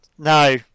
No